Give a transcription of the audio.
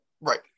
Right